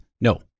No